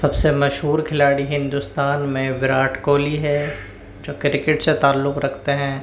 سب سے مشہور کھلاڑی ہندوستان میں وراٹ کوہلی ہے جو کرکٹ سے تعلق رکھتے ہیں